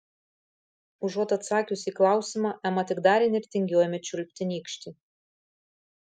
užuot atsakiusi į klausimą ema tik dar įnirtingiau ėmė čiulpti nykštį